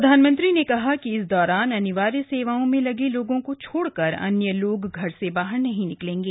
प्रधानमंत्री ने कहा कि इस दौरान अनिवार्य सेवाओं में लगे लोगों को छोड़कर अन्य लोग घर से बाहर नहीं निकलेंगे